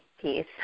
peace